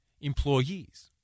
employees